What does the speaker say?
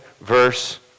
verse